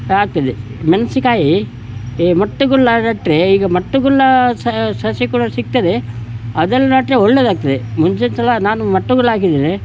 ಆಗ್ತದೆ ಮೆಣ್ಸಿನ್ಕಾಯಿ ಈ ಮಟ್ಟುಗುಳ್ಳ ನೆಟ್ರೆ ಈಗ ಮಟ್ಟುಗುಳ್ಳಾ ಸಸಿ ಕುಡ ಸಿಗ್ತದೆ ಅದನ್ನ ನೆಟ್ರೆ ಒಳ್ಳೆಯದಾಗ್ತದೆ ಮುಂಚಿನ ಸಲ ನಾನು ಮಟ್ಟುಗುಳ್ಳ ಹಾಕಿದ್ದೇನೆ